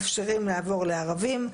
מאפשרים לערבים,